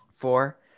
Four